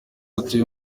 atuye